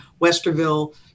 Westerville